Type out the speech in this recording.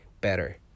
better